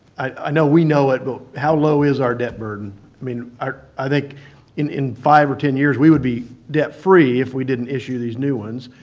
i know we know it, but how low is our debt burden? i mean i think in in five or ten years we would be debt-free if we didn't issue these new ones.